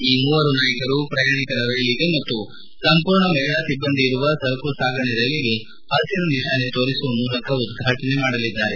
ಈ ಮೂವರು ನಾಯಕರು ಪ್ರಯಾಣಿಕರ ರೈಲಿಗೆ ಮತ್ತು ಸಂಪೂರ್ಣ ಮಹಿಳಾ ಸಿಬ್ಬಂದಿ ಇರುವ ಸರಕು ಸಾಗಾಣೆ ರೈಲಿಗೆ ಹಸಿರು ನಿಶಾನೆ ತೋರಿಸುವ ಮೂಲಕ ಉದ್ಘಾಟನೆ ಮಾಡಲಿದ್ದಾರೆ